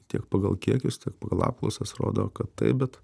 tiek pagal kiekius tiek pagal apklausas rodo kad taip bet